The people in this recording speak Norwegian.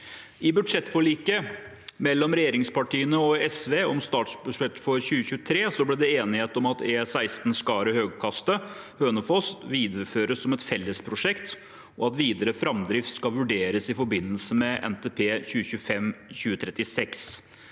I forliket mellom regjeringspartiene og SV om statsbudsjettet for 2023 er det enighet om at E16 Skaret– Høgkastet–Hønefoss videreføres som et fellesprosjekt, og at videre framdrift skal vurderes i forbindelse med NTP 2025–2036.